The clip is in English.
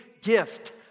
gift